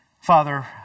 Father